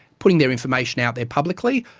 putting their information out there publicly.